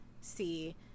see